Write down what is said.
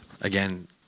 again